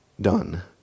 done